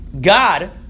God